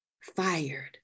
fired